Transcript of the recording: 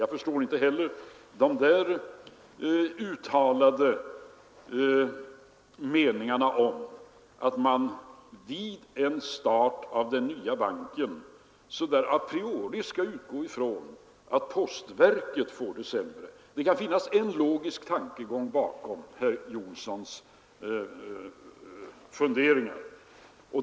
Jag förstår inte heller de uttalade meningarna om att man vid en start av den nya banken a priori skall utgå från att postverket får det sämre. Det kan finnas en logisk tanke bakom herr Jonssons funderingar.